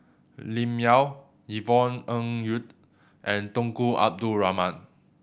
Lim Yau Yvonne Ng Uhde and Tunku Abdul Rahman